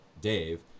dave